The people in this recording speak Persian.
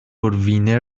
وینر